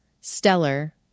Stellar